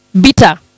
bitter